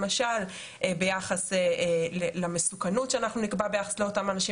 למשל ביחס למסוכנות שאנחנו נקבע ביחס לאותם אנשים,